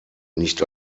nicht